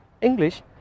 English